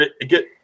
get